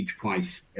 price